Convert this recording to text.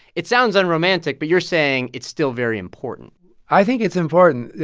it sounds unromantic. but you're saying it's still very important i think it's important.